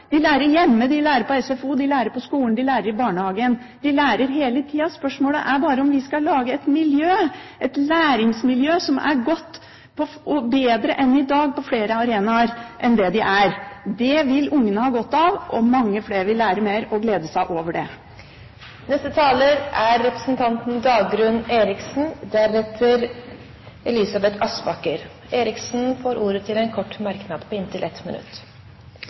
de lærer hjemme, de lærer på SFO, de lærer på skolen, de lærer i barnehagen. De lærer hele tida. Spørsmålet er bare om vi skal lage et læringsmiljø som er godt – og bedre enn i dag – på flere arenaer. Det vil barna ha godt av, og mange flere vil lære mer og glede seg over det. Dagrun Eriksen har hatt ordet to ganger tidligere og får ordet til en kort merknad, begrenset til 1 minutt.